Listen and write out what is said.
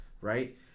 right